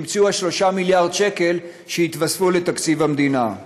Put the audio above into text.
נמצאו 3 מיליארד שקל שהתווספו לתקציב המדינה.